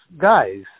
guys